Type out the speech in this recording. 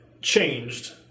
changed